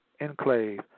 enclave